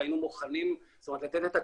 והיינו מוכנים לתת את הכלים,